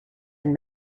and